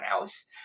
else